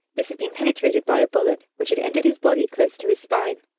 this had been penetrated by a bullet, which had entered his body close to his spine.